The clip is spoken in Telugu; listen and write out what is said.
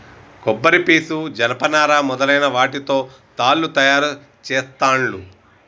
కొబ్బరి పీసు జనప నారా మొదలైన వాటితో తాళ్లు తయారు చేస్తాండ్లు